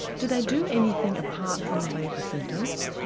do they do anything apart from relieve the symptoms?